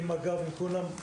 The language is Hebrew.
עם מג"ב ועם כולם,